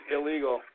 Illegal